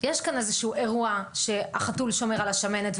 יש כאן איזשהו אירוע שהחתול שומר על השמנת,